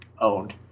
owned